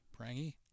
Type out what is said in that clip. Prangy